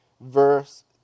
verse